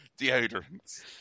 deodorants